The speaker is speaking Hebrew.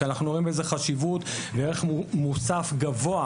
כי אנחנו רואים בזה חשיבות וערך מוסף גבוה.